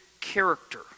character